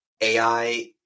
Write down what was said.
ai